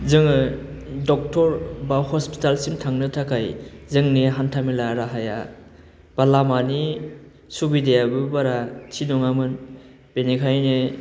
जोङो डक्टर बा हस्पिटालसिम थांनो थाखाय जोंनि हान्था मेला राहाया बा लामानि सुबिदायाबो बारा थि नङामोन बेनिखायनो